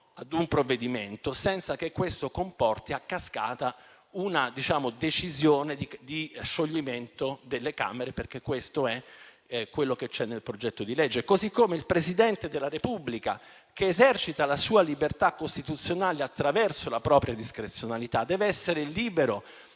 ad un provvedimento, senza che questo comporti a cascata una decisione di scioglimento delle Camere, come è quanto previsto dal disegno di legge in discussione. Allo stesso modo, il Presidente della Repubblica, che esercita la sua libertà costituzionale attraverso la propria discrezionalità, deve essere libero